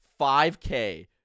5k